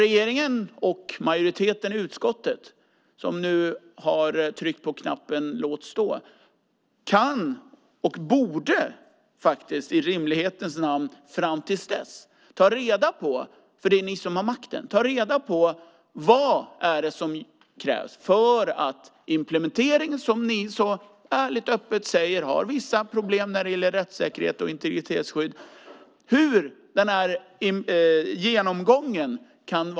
Regeringen och majoriteten i utskottet som nu har tryckt på knappen "låt stå" kan och borde i rimlighetens namn innan dess - det är ni som har makten - ta reda på vad som krävs och hur genomgången kan vara inriktad när det gäller implementeringen som ni ärligt säger har vissa problem när det gäller rättssäkerhets och integritetsskydd.